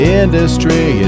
industry